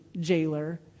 jailer